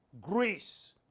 Greece